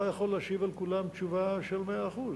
יכול להשיב על כולם תשובה של מאה אחוז.